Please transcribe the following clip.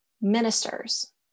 ministers